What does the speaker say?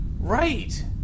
Right